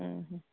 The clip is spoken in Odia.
ହଁ ହଁ